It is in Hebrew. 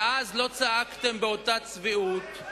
ואז לא צעקתם באותה צביעות.